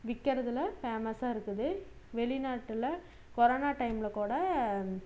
விற்கறதுல ஃபேமஸாக இருக்குது வெளி நாட்டில் கொரனா டைமில் கூட